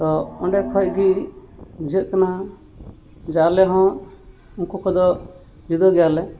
ᱛᱚ ᱚᱸᱰᱮ ᱠᱷᱚᱱ ᱜᱮ ᱵᱩᱡᱷᱟᱹᱜ ᱠᱟᱱᱟ ᱡᱮ ᱟᱞᱮ ᱦᱚᱸ ᱩᱱᱠᱩ ᱠᱷᱚᱱᱫᱚ ᱡᱩᱫᱟᱹ ᱜᱮᱭᱟᱞᱮ